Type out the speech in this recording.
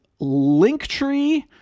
Linktree